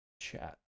Chat